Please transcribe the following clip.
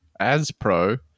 ASPRO